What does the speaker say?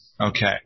Okay